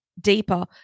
deeper